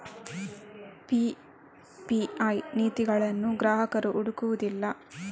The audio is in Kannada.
ಪಿ.ಪಿ.ಐ ನೀತಿಗಳನ್ನು ಗ್ರಾಹಕರು ಹುಡುಕುವುದಿಲ್ಲ